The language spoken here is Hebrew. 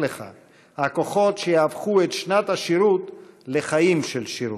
לך"; הכוחות שיהפכו את שנת השירות לחיים של שירות.